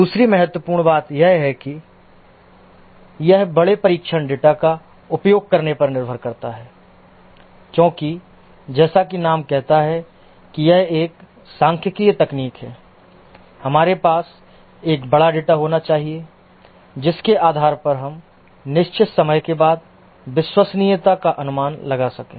दूसरी महत्वपूर्ण बात यह है कि यह बड़े परीक्षण डेटा का उपयोग करने पर निर्भर करता है क्योंकि जैसा कि नाम कहता है कि यह एक सांख्यिकीय तकनीक है हमारे पास एक बड़ा डेटा होना चाहिए जिसके आधार पर हम निश्चित समय के बाद विश्वसनीयता का अनुमान लगा सकें